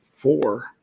four